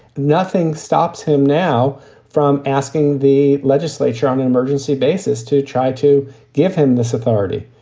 nothing stops him now from asking the legislature on an emergency basis to try to give him this authority.